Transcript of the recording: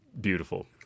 Beautiful